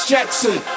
Jackson